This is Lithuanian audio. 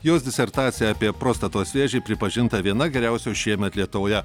jos disertacija apie prostatos vėžį pripažinta viena geriausių šiemet lietuvoje